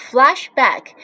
Flashback